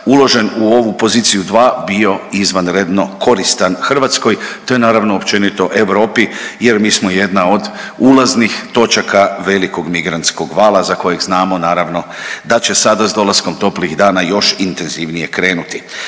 uložen u ovu poziciju dva bio izvanredno koristan Hrvatskoj, to je naravno općenito u Europi jer mi smo jedna od ulaznih točaka velikog migrantskog vala za kojeg znamo naravno da će sada s dolaskom toplijih dana još intenzivnije krenuti.